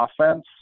offense